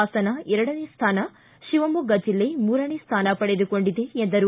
ಹಾಸನ ಎರಡನೇ ಸ್ಥಾನ ಶಿವಮೊಗ್ಗ ಜಿಲ್ಲೆ ಮೂರನೇ ಸ್ಥಾನ ಪಡೆದುಕೊಂಡಿದೆ ಎಂದರು